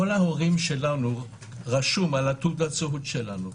כל ההורים שלנו רשומים על תעודת הזהות שלנו.